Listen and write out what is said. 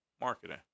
marketing